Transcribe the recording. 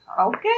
Okay